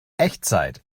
echtzeit